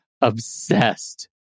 obsessed